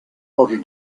roger